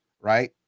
right